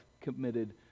committed